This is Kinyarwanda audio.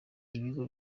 ibigo